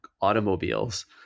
automobiles